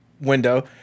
window